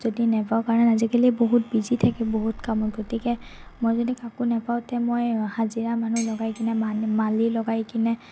যদি কাৰণে আজিকালি বহুত বিজি বহুত কামত গতিকে মই যদি কাকো নাপাওঁ তে মই হাজিৰা মানুহ লগাই কিনে মালি লগাই কিনে